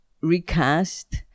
recast